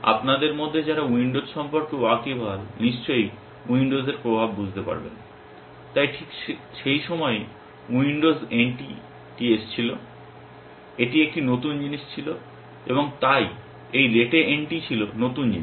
আপনাদের মধ্যে যারা উইন্ডোজ সম্পর্কে ওয়াকিবহাল নিশ্চয়ই উইন্ডোজ এর প্রভাব বুঝতে পারবেন তাই ঠিক সেই সময়েই উইন্ডোজ NT টি এসেছিল এটি একটি নতুন জিনিস ছিল এবং তাই এই rete NT ছিল নতুন জিনিস